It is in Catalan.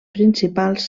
principals